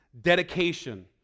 dedication